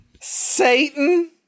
Satan